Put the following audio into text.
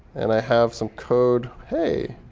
and i have some code hey.